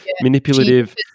manipulative